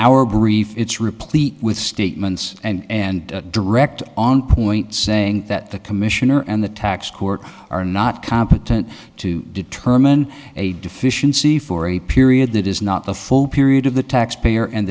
replete with statements and direct on point saying that the commissioner and the tax court are not competent to determine a deficiency for a period that is not the full period of the taxpayer and